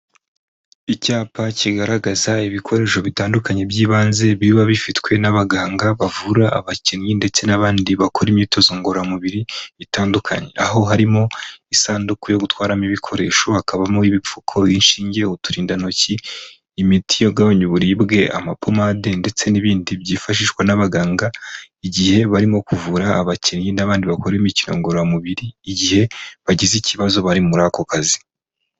Icyapa kigaragaza ibikoresho bitandukanye by'ibanze biba bifitwe n'abaganga bavura abakinnyi ndetse n'abandi bakora imyitozo ngororamubiri itandukanye. Aho harimo isanduku yo gutwaramo ibikoresho, hakabamo ibipfuko, inshinge, uturindantoki, imiti yagabanya uburibwe, amapomade ndetse n'ibindi byifashishwa n'abaganga igihe barimo kuvura abakinnyi n'abandi bakora imikino ngoramubiri igihe bagize ikibazo bari muri ako kazi.